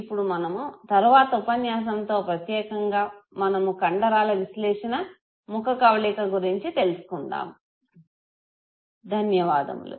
ఇప్పుడు మనము తరువాత ఉపన్యాసంలో ప్రత్యేకంగా మనము కండరాల విశ్లేషణ ముఖ కవళిక గురించి తెలుసుకుందాము